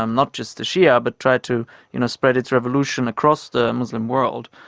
um not just the shia, but tried to you know spread its revolution across the muslim world.